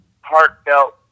heartfelt